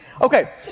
Okay